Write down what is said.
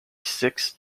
sixth